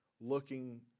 looking